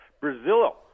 Brazil